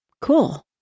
cool